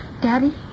Daddy